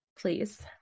Please